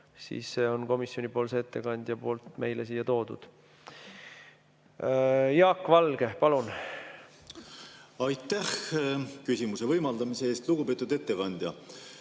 siis selle on komisjonipoolne ettekandja meile siia toonud. Jaak Valge, palun! Aitäh küsimuse võimaldamise eest! Lugupeetud ettekandja!